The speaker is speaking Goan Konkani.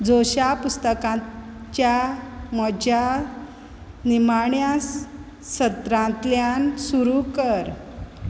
जोशा पुस्तकच्या म्हज्या निमाण्या सत्रांतल्यान सुरू कर